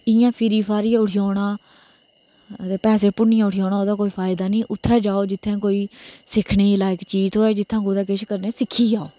इयां फिरी फारी उठी औना पैसे पुनी उठी औना इयां ओहदा कोई फ्यादा नेईं उत्थै जाओ जित्थै सिक्खने लाइक कोई चीज थ्होऐ जित्थै कुतै किश तुस सिक्खी जाओ